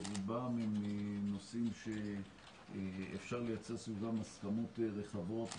ברובם נושאים שאפשר לייצר סביבם הסכמות רחבות,